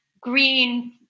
green